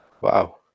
wow